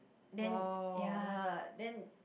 then ya then